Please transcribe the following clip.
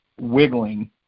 wiggling